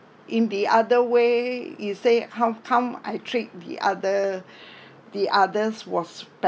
in the other way you say how come I treat the other the others was